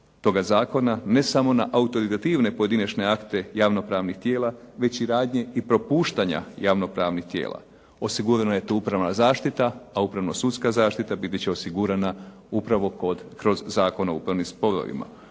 toga zakona, ne samo na autoritativne pojedinačne akte javno pravnih tijela, već i radnje i propuštanja javno pravnih tijela. Osigurana je tu upravna zaštita, a upravno sudska zaštita biti će osigurana upravo kroz Zakon o upravnim sporovima.